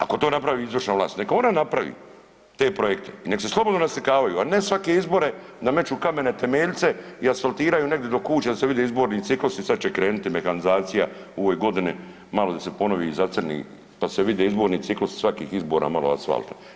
Ako to napravi izvršna vlast neka ona napravi te projekte i nek se slobodno naslikavaju, a ne svake izbore da meću kamene temeljce i asfaltiraju negdi do kuća da se vide izborni ciklusi, sad će krenuti mehanizacija u ovoj godini malo da se ponovi i zacrni pa se vide izborni ciklusi svakih izbora malo asfalta.